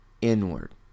inward